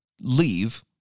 leave